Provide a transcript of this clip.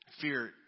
Fear